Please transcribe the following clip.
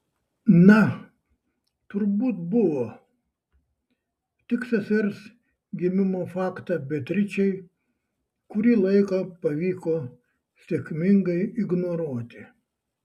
na turbūt buvo tik sesers gimimo faktą beatričei kurį laiką pavyko sėkmingai ignoruoti